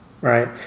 Right